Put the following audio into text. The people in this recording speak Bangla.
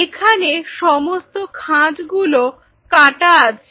এখানে সমস্ত খাঁজগুলো কাটা আছে